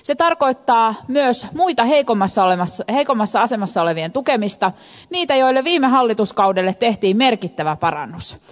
se tarkoittaa myös muita heikommassa asemassa olevien tukemista niiden joille viime hallituskaudella tehtiin merkittävä parannus